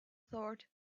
thought